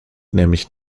nämlich